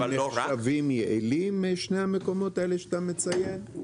והם נחשבים יעילים, שני המקומות האלה שאתה מציין?